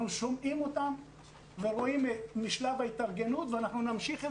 אנחנו שומעים אותם ורואים משלב ההתארגנות ואנחנו נמשיך את